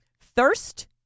Thirst